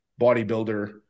bodybuilder